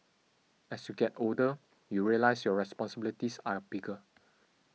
as you get older you realise your responsibilities are bigger